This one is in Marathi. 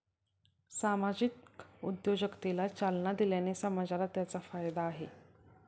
सामाजिक उद्योजकतेला चालना दिल्याने समाजाला त्याचा फायदा आहे